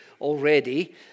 already